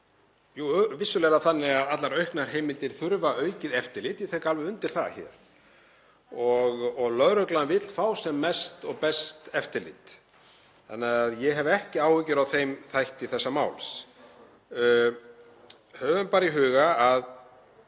jú, vissulega er það þannig að allar auknar heimildir þurfa aukið eftirlit. Ég tek alveg undir það og lögreglan vill fá sem mest og best eftirlit þannig að ég hef ekki áhyggjur af þeim þætti þessa máls. Höfum í huga að